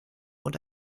und